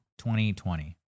2020